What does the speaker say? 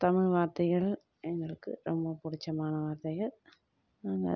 தமிழ் வார்த்தைகள் எங்களுக்கு ரொம்ப பிடிச்சமான வார்த்தைகள் நாங்கள்